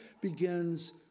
begins